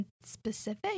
specific